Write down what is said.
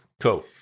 Cool